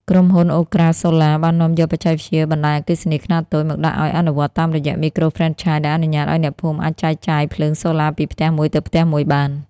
ក្រុមហ៊ុន អូក្រាសូឡា (Okra Solar) បាននាំយកបច្ចេកវិទ្យា "បណ្ដាញអគ្គិសនីខ្នាតតូច" មកដាក់ឱ្យអនុវត្តតាមរយៈមីក្រូហ្វ្រេនឆាយ ដែលអនុញ្ញាតឱ្យអ្នកភូមិអាចចែកចាយភ្លើងសូឡាពីផ្ទះមួយទៅផ្ទះមួយបាន។